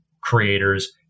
creators